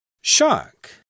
shock